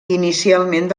inicialment